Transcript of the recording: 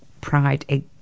pride